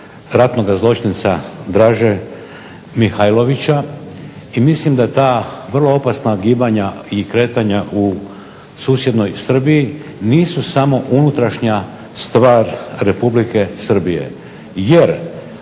ratnoga zločinca Draže Mihajlovića i mislim da ta vrlo opasna gibanja i kretanja u susjednoj Srbiji nisu samo unutrašnja stvar Republike Srbije.